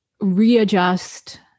readjust